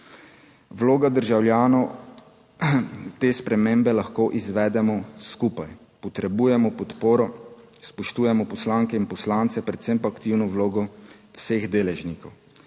Vloga državljanov, te spremembe lahko izvedemo skupaj, potrebujemo podporo, spoštujemo poslanke in poslance, predvsem pa aktivno vlogo vseh deležnikov.